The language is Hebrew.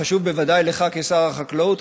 חשוב בוודאי לך כשר החקלאות,